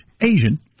Asian